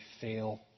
fail